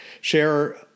share